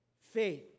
Faith